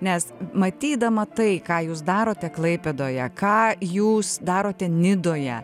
nes matydama tai ką jūs darote klaipėdoje ką jūs darote nidoje